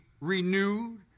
renewed